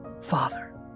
Father